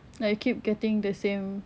like I keep getting the same